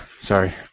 sorry